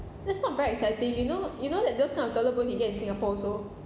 that's not very exciting you know you know that those kind of toilet bowl you can get in singapore also